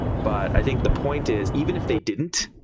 but i think the point is even if they didn't,